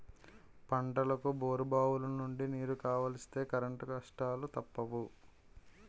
పంటలకు బోరుబావులనుండి నీరు కావలిస్తే కరెంటు కష్టాలూ తప్పవు